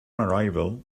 arrival